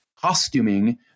costuming